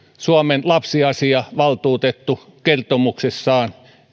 suomen lapsiasiavaltuutettu kertomuksessaan